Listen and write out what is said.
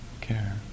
care